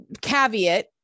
Caveat